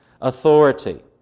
authority